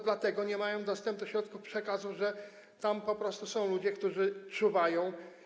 Dlatego nie mają dostępu do środków przekazu, bo tam po prostu są ludzie, którzy czuwają.